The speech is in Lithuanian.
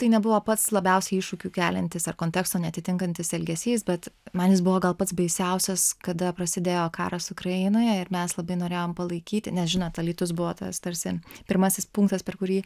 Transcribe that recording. tai nebuvo pats labiausiai iššūkių keliantis ar konteksto neatitinkantis elgesys bet man jis buvo gal pats baisiausias kada prasidėjo karas ukrainoje ir mes labai norėjom palaikyti nes žinot alytus buvo tas tarsi pirmasis punktas per kurį